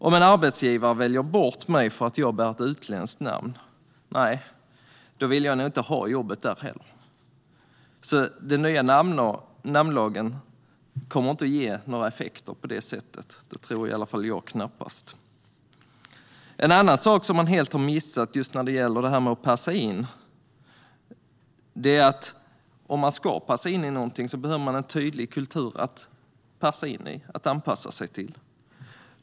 Om en arbetsgivare väljer bort mig för att jag bär ett utländskt namn vill jag nog inte ha det jobbet heller. Den nya namnlagen kommer alltså inte att ge några effekter på det sättet; det tror jag knappast. En annan sak man helt har missat när det gäller detta med att passa in är att man om man ska passa in i någonting behöver en kultur att anpassa sig till.